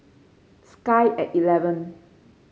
sky at eleven